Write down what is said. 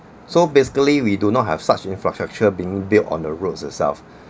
so basically we do not have such infrastructure being built on the roads itself